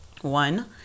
One